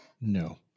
no